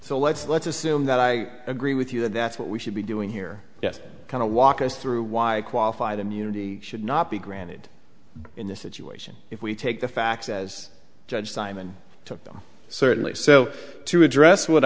so let's let's assume that i agree with you that that's what we should be doing here yes kind of walk us through why a qualified immunity should not be granted in this situation if we take the facts as judge simon took them certainly so to address what